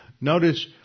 Notice